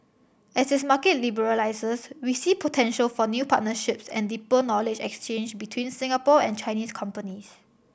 as its market liberalises we see potential for new partnerships and deeper knowledge exchange between Singapore and Chinese companies